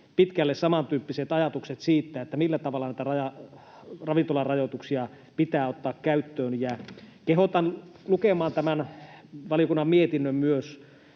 pitkälle samantyyppiset ajatukset siitä, millä tavalla näitä ravintolarajoituksia pitää ottaa käyttöön, ja kehotan lukemaan tämän valiokunnan mietinnön myös.